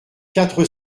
quatre